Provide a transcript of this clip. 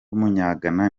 w’umunyagana